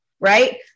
right